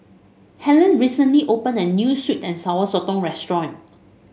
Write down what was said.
Hellen recently opened a new sweet and Sour Sotong restaurant